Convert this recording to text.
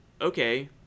okay